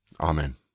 Amen